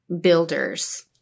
builders